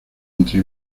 entre